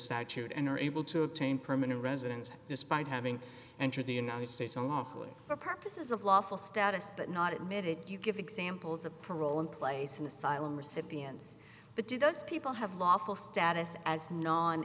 statute and are able to obtain permanent residence despite having entered the united states awfully for purposes of lawful status but not admit it you give examples of parole in place in asylum recipients but do those people have lawful status as non